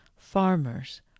farmers